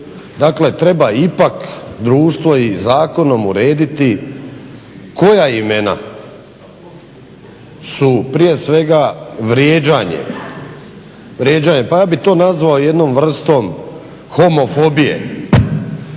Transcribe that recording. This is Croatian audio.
Dakle, treba ipak društvo i zakonom urediti, koja imena su prije svega vrijeđanje. Pa ja bi to nazvao jednom vrstom homofobije,